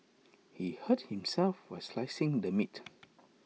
he hurt himself while slicing the meat